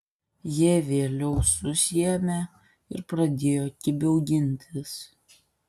jie vėliau susiėmė ir pradėjo kibiau gintis